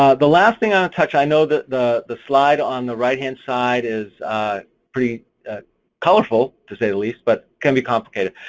ah the last thing i'll touch, i know that the the slide on the right hand side is pretty colorful, to say the least, but it can be complicated,